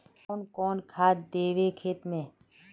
कौन कौन खाद देवे खेत में?